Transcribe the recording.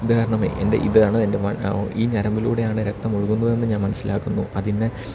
ഉദാഹരണമായ് എൻ്റെ ഇതാണ് എൻ്റെ ഈ ഞരമ്പിലൂടെയാണ് രക്തം ഒഴുകുന്നതെന്ന് ഞാൻ മനസ്സിലാക്കുന്നു അതിന്ന